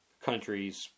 countries